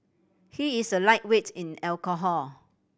he is a lightweight in alcohol